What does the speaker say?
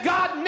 God